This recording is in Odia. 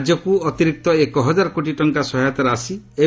ରାଜ୍ୟକୃ ଅତିରିକ୍ତ ଏକ ହଜାର କୋଟି ଟଙ୍କା ସହାୟତା ରାଶି ଏବଂ